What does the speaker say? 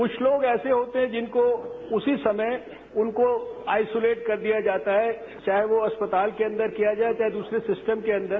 कुछ लोग ऐसे होते हैं जिनको उसी समय उनको आइस्यूलेट कर दिया जाता है चाहे वो अस्पताल के अंदर किया जाये या दूसरे सिस्टम के अंदर